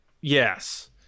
yes